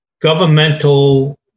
governmental